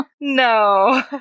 No